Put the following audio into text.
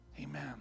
amen